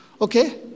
okay